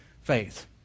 faith